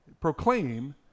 proclaim